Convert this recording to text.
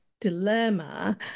dilemma